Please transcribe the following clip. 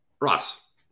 Ross